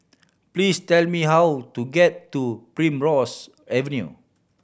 please tell me how to get to Primrose Avenue